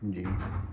جی